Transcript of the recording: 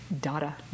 data